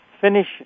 finish